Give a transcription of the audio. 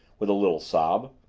with a little sob.